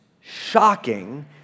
shocking